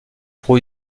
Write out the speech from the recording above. pour